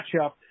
matchup